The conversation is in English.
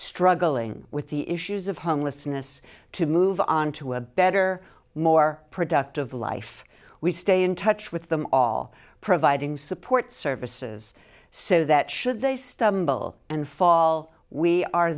struggling with the issues of homelessness to move on to a better more productive life we stay in touch with them all providing support services so that should they stumble and fall we are